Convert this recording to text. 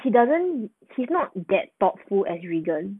he doesn't he's not get thoughtful as reagan